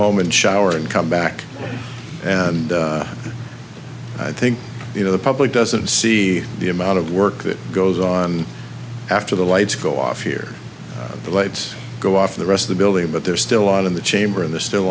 home and shower and come back and i think you know the public doesn't see the amount of work that goes on after the lights go off here the lights go off the rest of the building but they're still out in the chamber in the still